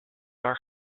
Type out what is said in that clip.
are